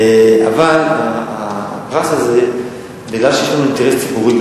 אבל הפרס הזה הוא מפני שיש לנו אינטרס ציבורי,